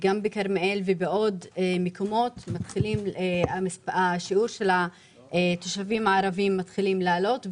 גם בכרמיאל וגם בעוד מקומות השיעור של התושבים הערבים מתחיל לעלות,